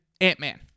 ant-man